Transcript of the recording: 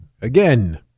again